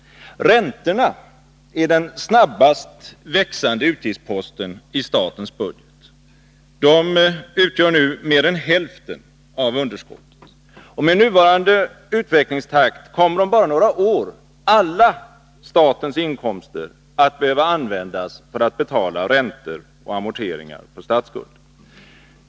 Räntorna är den snabbast växande utgiftsposten i statens budget. De uppgår nu till mer än hälften av underskottet. Med nuvarande utvecklingstakt kommer om bara några år alla statens inkomster att behöva användas för att betala räntor och amorteringar på statsskulden.